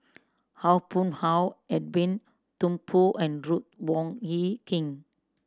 Haw Boon Haw Edwin Thumboo and Ruth Wong Hie King